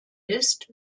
ist